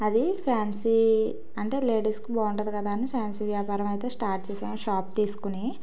అది ఫ్యాన్సీ అంటే లేడీస్కు బాగుంటుంది కదా అని ఫ్యాన్సీ వ్యాపారం అయితే స్టార్ట్ చేసాను షాప్ తీసుకుని